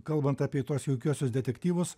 kalbant apie tuos jaukiuosius detektyvus